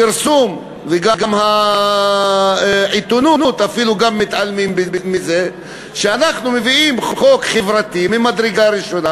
הפרסום והעיתונות מתעלמים מזה שאנחנו מביאים חוק חברתי ממדרגה ראשונה,